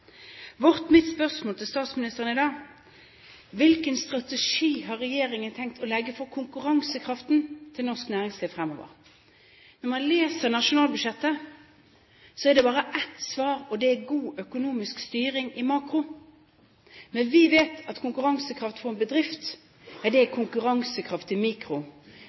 Mitt spørsmål til statsministeren er: Hvilken strategi har regjeringen tenkt å legge for konkurransekraften til norsk næringsliv fremover? Når man leser nasjonalbudsjettet, er det bare ett svar, og det er god økonomisk styring i makro. Men vi vet at konkurransekraft for en bedrift er konkurransekraft i mikro